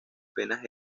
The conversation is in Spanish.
penas